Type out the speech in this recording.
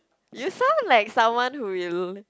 you sound like someone who will